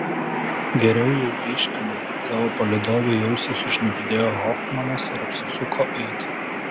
geriau jau grįžkime savo palydovei į ausį sušnibždėjo hofmanas ir apsisuko eiti